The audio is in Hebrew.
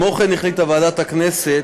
כמו כן החליטה ועדת הכנסת